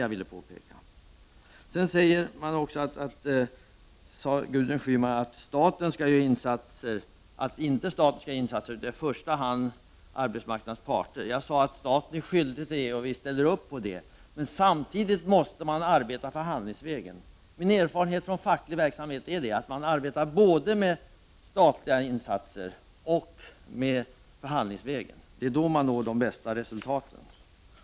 Gudrun Schyman sade också att staten inte skall göra några insatser, utan i första hand skall det vara arbetsmarknadens parter. Jag sade att staten är skyldig till det och att vi ställer upp på det. Men samtidigt måste man arbeta förhandlingsvägen. Min erfarenhet från facklig verksamhet är att man arbetar både med statliga insatser och förhandlingsvägen. Det är då man når de bästa resultaten.